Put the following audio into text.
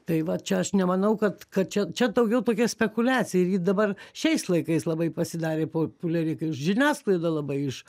tai va čia aš nemanau kad kad čia daugiau tokia spekuliacija ir ji dabar šiais laikais labai pasidarė populiari kaip žiniasklaida labai iš